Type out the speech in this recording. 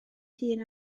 hun